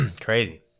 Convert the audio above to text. Crazy